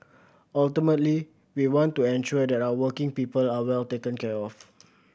ultimately we want to ensure that our working people are well taken care of